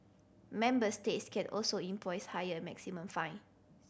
member states can't also impose higher maximum fine